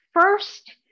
first